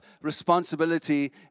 responsibility